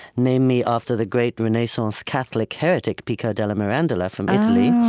named me after the great renaissance catholic heretic pico della mirandola from italy.